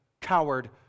coward